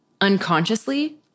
unconsciously